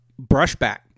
brushback